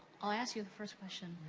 i'll ask you the first question,